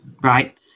right